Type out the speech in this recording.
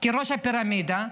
כראש הפירמידה,